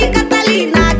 Catalina